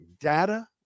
data